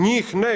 Njih ne.